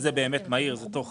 תוך